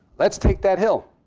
let's take that hill.